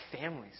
families